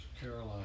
Caroline